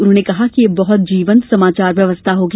उन्होंने कहा कि यह बहुत जीवन्त समाचार व्यवस्था होगी